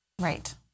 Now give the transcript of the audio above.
Right